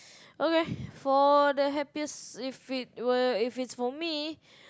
okay for the happiest if it were if it's for me